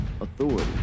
authority